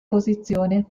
posizione